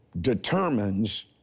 determines